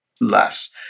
less